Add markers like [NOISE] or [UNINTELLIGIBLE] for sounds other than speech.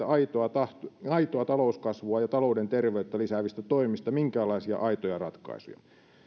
[UNINTELLIGIBLE] aitoa talouskasvua ja talouden terveyttä lisäävistä toimista minkäänlaisia aitoja ratkaisuja